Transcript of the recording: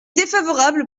défavorable